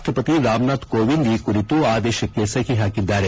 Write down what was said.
ರಾಷ್ಟಸತಿ ರಾಮನಾಥ್ ಕೋವಿಂದ್ ಈ ಕುರಿತು ಆದೇಶಕ್ಷೆ ಸಹಿ ಹಾಕಿದ್ದಾರೆ